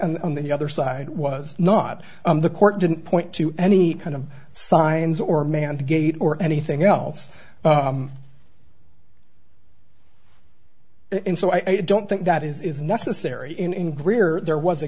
and on the other side was not the court didn't point to any kind of signs or manned gate or anything else and so i don't think that is necessary in career there was a